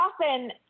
often